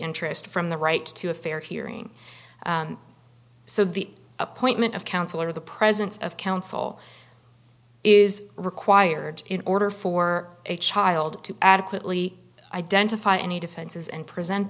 interest from the right to a fair hearing so the appointment of counsel or the presence of counsel is required in order for a child to adequately identify any defenses and present